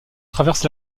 traverse